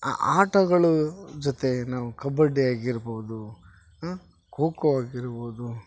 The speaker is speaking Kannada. ಆ ಆಟಗಳು ಜೊತೆ ನಾವು ಕಬಡ್ಡಿ ಆಗಿರ್ಬೋದು ಖೋಖೋ ಆಗಿರ್ಬೋದು